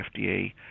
FDA